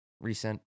recent